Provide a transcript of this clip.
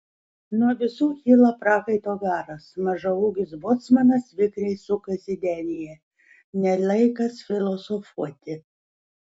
nuo visų kyla prakaito garas mažaūgis bocmanas vikriai sukasi denyje ne laikas filosofuoti